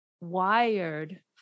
wired